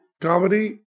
comedy